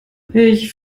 ich